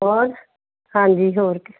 ਹੋਰ ਹਾਂਜੀ ਹੋਰ ਕੇ